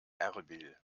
erbil